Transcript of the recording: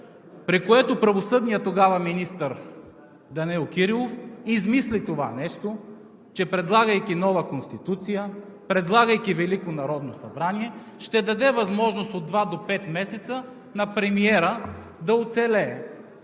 при което правосъдният тогава министър Данаил Кирилов измисли това нещо, че предлагайки нова Конституция, предлагайки Велико народно събрание, ще даде възможност от два до пет месеца на премиера да оцелее,